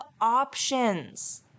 options